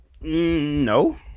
No